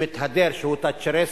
שמתהדר שהוא תאצ'ריסט,